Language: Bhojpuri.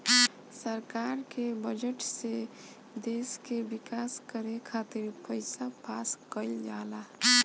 सरकार के बजट से देश के विकास करे खातिर पईसा पास कईल जाला